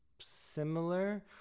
similar